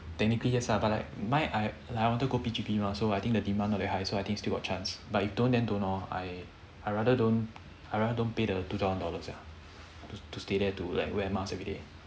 technically yes ah but mine like I wanted go P_G_P mah so I think the demand not very high so I think still got chance but if don't then don't lor I I rather don't I rather don't pay the two thousand dollars sia to stay there to like wear mask every day